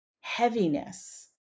heaviness